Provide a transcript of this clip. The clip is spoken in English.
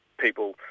people